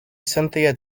cynthia